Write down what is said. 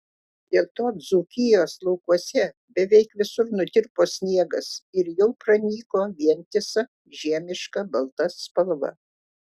dėl to dzūkijos laukuose beveik visur nutirpo sniegas ir jau pranyko vientisa žiemiška balta spalva